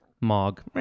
Mog